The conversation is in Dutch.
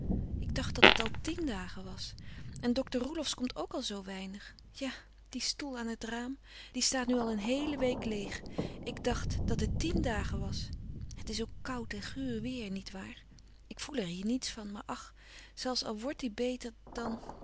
ik dacht dat het al tien dagen was en dokter roelofsz komt ook al zoo weinig ja die stoel aan het raam die staat nu al een heele week leêg ik dacht dat het tien dagen was het is ook koud en guur weêr niet waar ik voel er hier niets van maar ach zelfs al wordt die beter dan